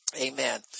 Amen